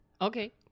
Okay